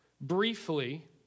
briefly